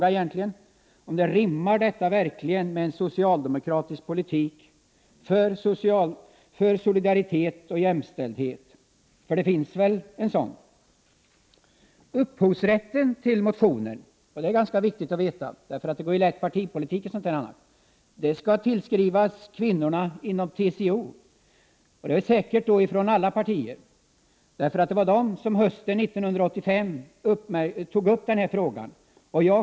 Rimmar detta verkligen med en socialde mokratisk politik för solidaritet och jämställdhet — för det finns väl en sådan? Upphovsrätten till motionen skall tillskrivas kvinnorna inom TCO, säkert från alla partier. Det är ganska viktigt att veta detta, för det går ju lätt partipolitik i en sådan här fråga. Det var de som hösten 1985 tog upp frågan.